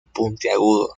puntiagudo